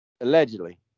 Allegedly